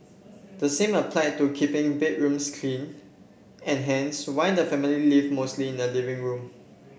the same applied to keeping bedrooms clean and hence why the family lived mostly in the living room